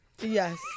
Yes